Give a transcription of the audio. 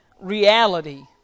reality